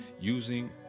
Using